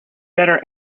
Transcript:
better